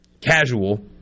casual